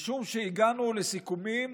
משום שהגענו לסיכומים